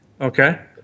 Okay